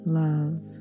love